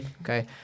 Okay